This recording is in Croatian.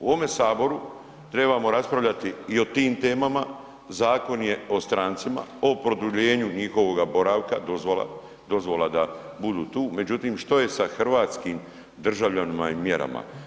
U ovome Saboru trebamo raspravljati i o tim temama, zakon je o strancima, o produljenju njihovoga boravka, dozvola, dozvola da budu tu, međutim, što je sa hrvatskim državljanima i mjerama?